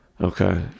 Okay